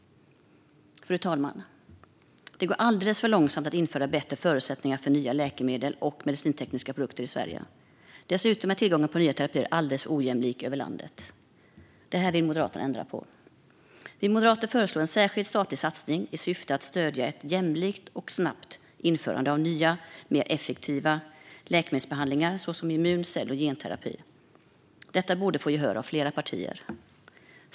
Fru talman! Det går alldeles för långsamt att införa bättre förutsättningar för nya läkemedel och medicintekniska produkter i Sverige. Dessutom är tillgången på nya terapier alldeles för ojämlik över landet. Det vill Moderaterna ändra på. Vi moderater föreslår en särskild statlig satsning i syfte att stödja ett jämlikt och snabbt införande av nya, mer effektiva läkemedelsbehandlingar såsom immun, cell och genterapier. Detta borde få gehör hos flera partier.